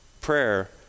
Prayer